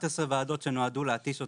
11 ועדות שנועדו להתיש אותי,